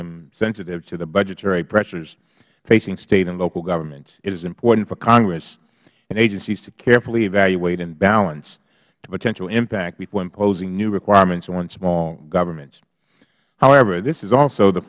am sensitive to the budgetary pressures facing state and local governments it is important for congress and agencies to carefully evaluate and balance the potential impact before imposing new requirements on small governments however this is also the